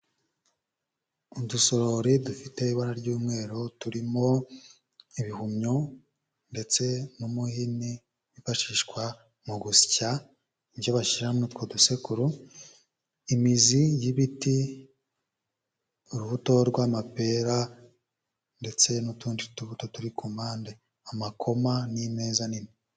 Udusororo dufite ibara ry'umweru turimo ibihumyo ndetse n'umuhini wifashishwa mu gusya ibyo bashyira muri utwo dusekuru, imizi y'ibiti, urubuto rw'amapera ndetse n'utundi tubuto turi ku mpande, amakoma n'imeza nini.